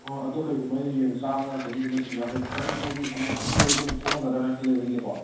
ꯑꯣ ꯑꯗꯨ ꯀꯩꯒꯨꯝꯕ ꯑꯩꯅ ꯌꯦꯟꯗꯣ ꯆꯥꯝꯃ ꯆꯥꯅꯤꯒꯨꯝꯕ ꯆꯤꯡꯒꯦ ꯍꯥꯏ ꯇꯥꯔꯒꯗꯤ ꯈꯤꯇꯪ ꯍꯥꯏꯗꯤ ꯑꯃꯨꯛ ꯑꯍꯨꯝ ꯃꯔꯤꯒꯨꯝꯕ ꯊꯣꯛꯅꯒꯗ꯭ꯔꯥꯅ ꯈꯜꯂꯦꯕ ꯑꯩꯗꯤ ꯀꯣ